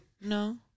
No